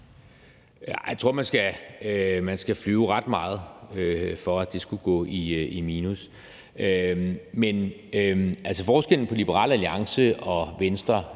jeg tror, man skal flyve ret meget, for at det skulle gå i minus. Men forskellen på Liberal Alliance og Venstre